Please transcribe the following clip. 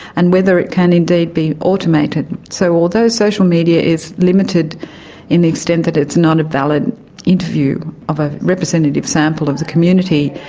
and whether it can indeed be automated. so although social media is limited in the extent that it's not a valid interview of a representative sample of the community,